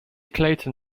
clayton